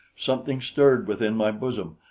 something stirred within my bosom.